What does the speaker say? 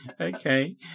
okay